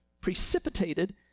precipitated